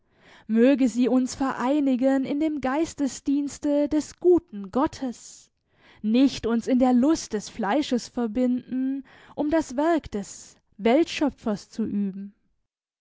möge sie uns vereinigen in dem geistesdienste des guten gottes nicht uns in der lust des fleisches verbinden um das werk des weltschöpfers zu üben